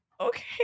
okay